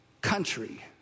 country